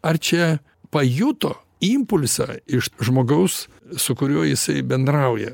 ar čia pajuto impulsą iš žmogaus su kuriuo jisai bendrauja